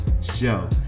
show